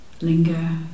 linger